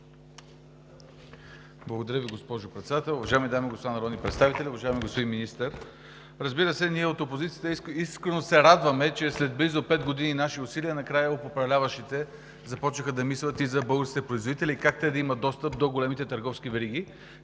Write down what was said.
Благодаря Ви, госпожо Председател. Уважаеми дами и господа народни представители, уважаеми господин Министър! Разбира се, ние от опозицията искрено се радваме, че след близо пет години наши усилия накрая управляващите започнаха да мислят и за българските производители и как те да имат достъп до големите търговски вериги.